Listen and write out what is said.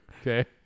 okay